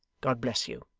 god bless you